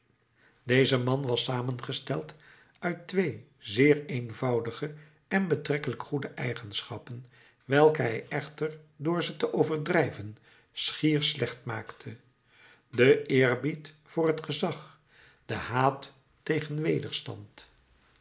deze man was samengesteld uit twee zeer eenvoudige en betrekkelijk goede eigenschappen welke hij echter door ze te overdrijven schier slecht maakte den eerbied voor het gezag den haat tegen wederstand